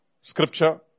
scripture